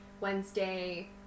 Wednesday